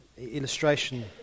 illustration